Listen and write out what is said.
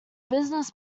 business